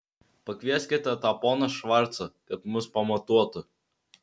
pakvieskite tą poną švarcą kad mus pamatuotų